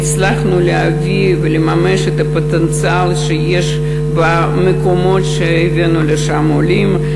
הצלחנו להביא ולממש את הפוטנציאל שיש במקומות שהבאנו אליהם עולים.